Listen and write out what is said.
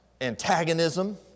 antagonism